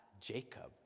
Jacob